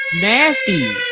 nasty